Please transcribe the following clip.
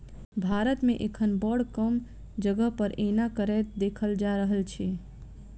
भारत मे एखन बड़ कम जगह पर एना करैत देखल जा रहल अछि